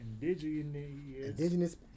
indigenous